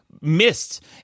missed